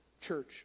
church